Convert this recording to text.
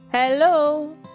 Hello